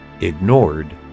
ignored